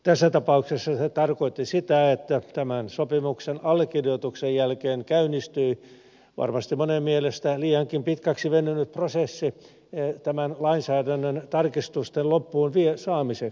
tässä tapauksessa se tarkoitti sitä että tämän sopimuksen allekirjoituksen jälkeen käynnistyi varmasti monen mielestä liiankin pitkäksi venynyt prosessi tämän lainsäädännön tarkistusten loppuun viemiseksi